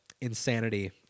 insanity